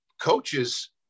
coaches